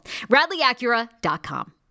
radleyacura.com